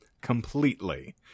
completely